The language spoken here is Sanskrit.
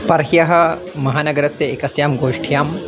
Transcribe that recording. परह्यः महानगरस्य एकस्यां गोष्ठ्याम्